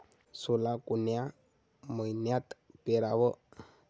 सोला कोन्या मइन्यात पेराव?